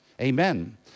amen